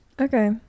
Okay